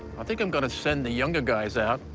i think i'm gonna send the younger guys out,